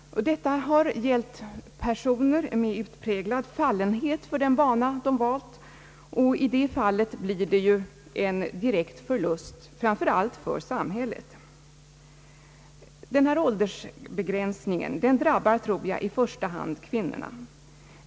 Detta har gällt personer med utpräglad fallenhet för den bana de valt, och i sådana fall blir det ju en direkt förlust framför allt för samhället. Denna åldersbegränsning drabbar, tror jag, i första hand kvinnorna.